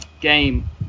game